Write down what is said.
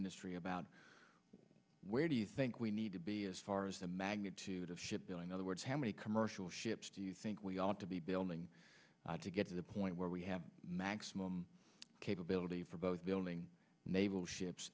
industry about where do you think we need to be as far as the magnitude of ship building other words how many commercial ships do you think we ought to be building to get to the point where we have maximum capability for both building naval ships